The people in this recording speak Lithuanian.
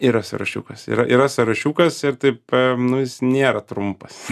yra sąrašiukas yra yra sąrašiukas ir taip nu jis nėra trumpas